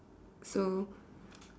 so